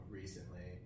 recently